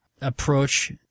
approach